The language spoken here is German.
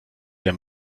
der